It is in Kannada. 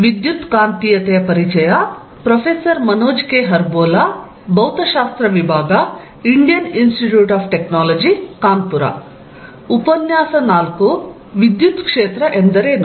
ವಿದ್ಯುತ್ ಕ್ಷೇತ್ರ ಎಂದರೇನು